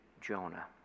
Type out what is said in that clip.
Jonah